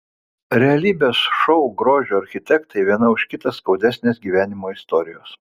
realybės šou grožio architektai viena už kitą skaudesnės gyvenimo istorijos